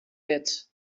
wet